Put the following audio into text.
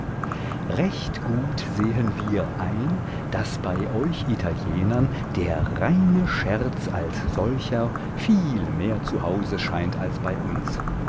recht gut sehen wir ein daß bei euch italienern der reine scherz als solcher viel mehr zu hause scheint als bei uns